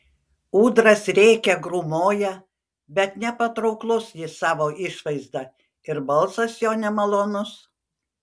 ūdras rėkia grūmoja bet nepatrauklus jis savo išvaizda ir balsas jo nemalonus